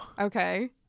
Okay